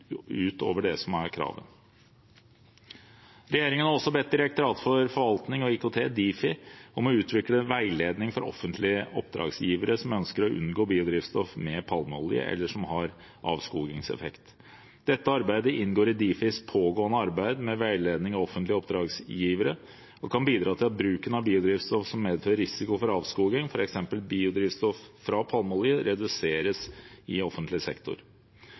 utover det som er kravet. Regjeringen har også bedt Direktoratet for forvaltning og IKT, Difi, om å utvikle en veiledning for offentlige oppdragsgivere som ønsker å unngå biodrivstoff med palmeolje eller som har avskogingseffekt. Dette arbeidet inngår i Difis pågående arbeid med veiledning av offentlige oppdragsgivere og kan bidra til at bruken av biodrivstoff som medfører risiko for avskoging, f.eks. biodrivstoff fra palmeolje, reduseres i offentlig sektor.